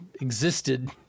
existed